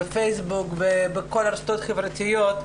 בפייסבוק ובכל הרשתות החברתיות,